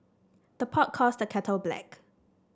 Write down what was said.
the pot calls the kettle black